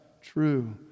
true